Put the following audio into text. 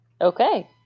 Okay